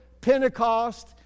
Pentecost